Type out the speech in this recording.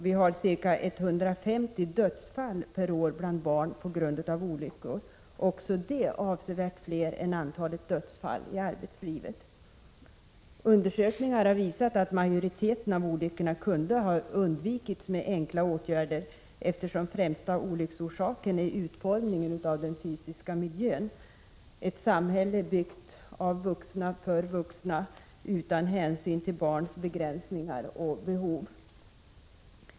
Vi har ca 150 dödsfall per år bland barn på grund av olyckor, också det avsevärt fler än antalet dödsfall i arbetslivet. Undersökningar har visat att majoriteten av olyckorna kunde ha undvikits med enkla åtgärder, eftersom främsta olycksorsaken är utformningen av den fysiska miljön: ett samhälle byggt av vuxna för vuxna utan hänsyn till barns begränsningar och behov.